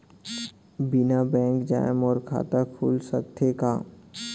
बिना बैंक जाए मोर खाता खुल सकथे का?